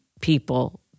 people